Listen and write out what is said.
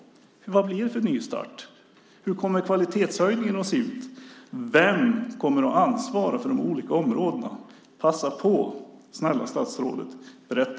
Vad blir det för nystart? Hur kommer kvalitetshöjningen att se ut? Vem kommer att ansvara för de olika områdena? Passa på, snälla statsrådet. Berätta!